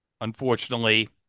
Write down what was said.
unfortunately